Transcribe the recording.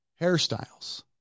hairstyles